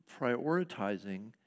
prioritizing